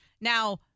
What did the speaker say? Now